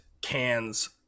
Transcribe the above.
cans